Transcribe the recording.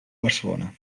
barcelona